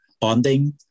bonding